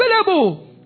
available